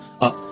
up